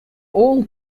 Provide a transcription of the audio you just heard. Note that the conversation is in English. all